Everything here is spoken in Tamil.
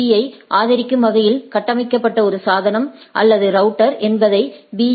பீ ஐ ஆதரிக்கும் வகையில் கட்டமைக்கப்பட்ட ஒரு சாதனம் அல்லது ரவுட்டர் என்பதை பி